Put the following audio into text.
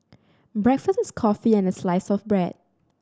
breakfast is coffee and a slice of bread